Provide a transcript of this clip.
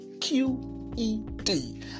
Q-E-D